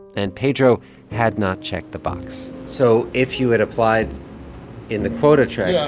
and pedro had not checked the box so if you had applied in the quota track. yeah.